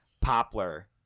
poplar